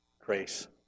grace